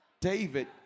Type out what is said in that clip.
David